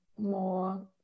More